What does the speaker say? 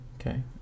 Okay